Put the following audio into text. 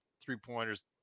three-pointers